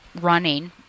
running